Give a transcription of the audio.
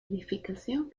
edificación